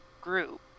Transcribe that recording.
group